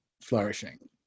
flourishing